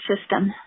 system